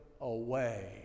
away